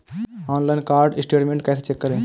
Online card statement कैसे check करें?